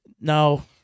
Now